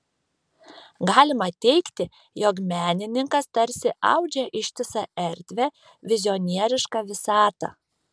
galima teigti jog menininkas tarsi audžia ištisą erdvę vizionierišką visatą